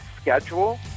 schedule